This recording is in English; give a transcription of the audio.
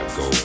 go